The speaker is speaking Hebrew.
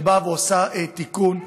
שבאה ועושה תיקון,